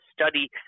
study